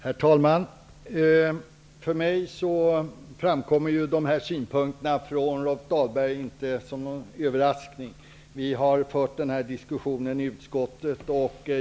Herr talman! För mig kommer dessa synpunkter från Rolf Dahlberg inte som någon överraskning. Vi har fört denna diskussion i utskottet.